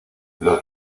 los